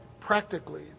practically